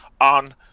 on